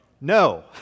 No